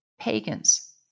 pagans